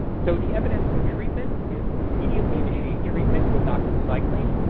so, the evidence for treatment is immediately initiate treatment with doxycycline,